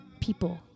people